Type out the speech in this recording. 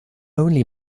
only